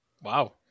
Wow